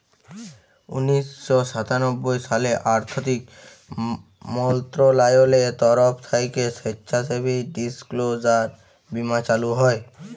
উনিশ শ সাতানব্বই সালে আথ্থিক মলত্রলালয়ের তরফ থ্যাইকে স্বেচ্ছাসেবী ডিসক্লোজার বীমা চালু হয়